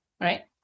right